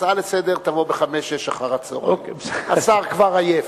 הצעה לסדר-היום תבוא ב-17:00 18:00, השר כבר עייף,